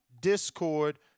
Discord